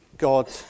God